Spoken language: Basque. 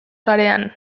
sarean